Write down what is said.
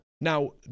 Now